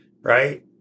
right